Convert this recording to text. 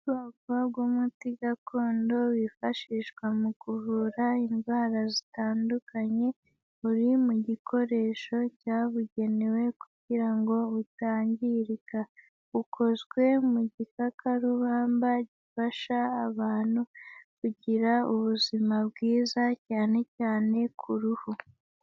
Ubwoko bw'umuti gakondo wifashishwa mu kuvura indwara zitandukanye, uri mu gikoresho cyabugenewe kugira ngo utangirika. Ukozwe mu gikakarubamba gifasha abantu kugira ubuzima bwiza cyane cyane ku ruhu.